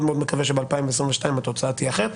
שב-2022 התוצאה תהיה אחרת.